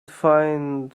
find